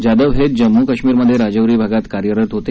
जाधव हे जम्मू काश्मीरमेघे राजौरी भागात कार्यरत होते